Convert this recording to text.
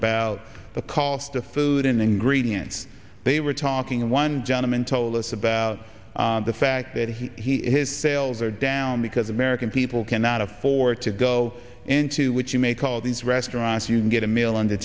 about the cost of food in ingredients they were talking one gentleman told us about the fact that he his sales are down because american people cannot afford to go into which you may call these restaurants you can get a mail under